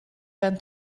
werden